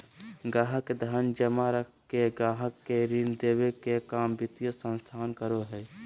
गाहक़ के धन जमा रख के गाहक़ के ऋण देबे के काम वित्तीय संस्थान करो हय